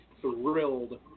thrilled